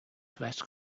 dress